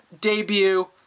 debut